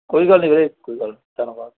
ਕੋਈ ਗੱਲ ਨਹੀਂ ਵੀਰੇ ਕੋਈ ਗੱਲ ਨਹੀਂ ਧੰਨਵਾਦ